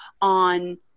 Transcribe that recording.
on